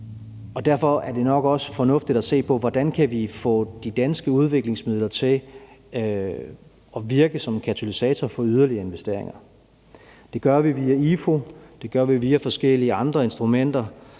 og derfor er det nok også fornuftigt at se på, hvordan vi kan få de danske udviklingsmidler til at virke som en katalysator for yderligere investeringer. Det gør vi via IFU. Det gør vi via forskellige andre instrumenter,